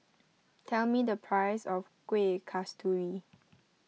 tell me the price of Kuih Kasturi